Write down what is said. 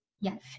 Yes